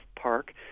Park